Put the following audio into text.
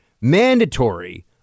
mandatory